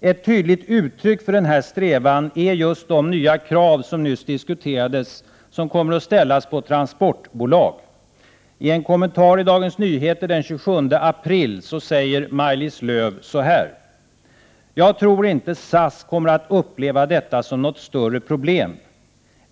Ett tydligt uttryck för denna strävan är de nya krav, vilka nyss diskuterades, som kommer att ställas på transportbolag. I en kommentar i Dagens Nyheter den 27 april säger Maj-Lis Lööw: ”Jag tror inte SAS kommer att uppleva detta som något större problem.